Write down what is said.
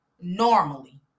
normally